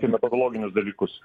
apie metodologinius dalykus